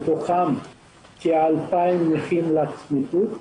מתוכן כ-2,000 נכים לצמיתות.